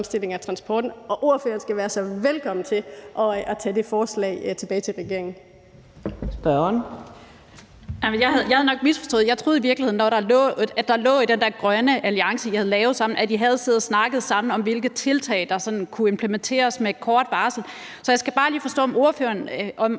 (Karina Adsbøl): Spørgeren. Kl. 18:52 Karin Liltorp (M): Jeg havde nok misforstået det. Jeg troede i virkeligheden, at der lå i den der grønne alliance, I havde lavet sammen, at I havde siddet og snakket sammen om, hvilke tiltag der kunne implementeres med kort varsel. Så jeg skal bare lige forstå, om SF er